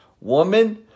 Woman